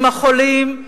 עם החולים,